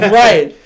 right